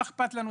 לא אכפת לנו,